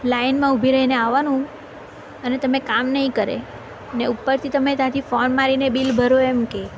લાઇનમાં ઊભી રઈને આવાનું અને તમે કામ નહીં કરે ને ઉપરથી તમે ત્યાંથી ફોન મારીને બિલ ભરો એમ કે